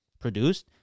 produced